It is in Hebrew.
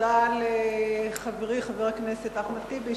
תודה לחברי חבר הכנסת טיבי,